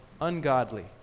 ungodly